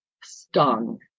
stung